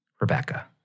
Rebecca